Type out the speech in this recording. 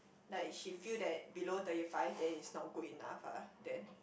like she feel that below thirty five then is not good enough ah then